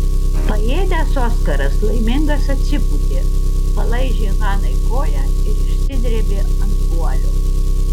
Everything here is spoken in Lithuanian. paėdęs oskaras laimingas atsipūtė palaižė hanai koją ir išsidrėbė ant guolio